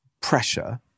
pressure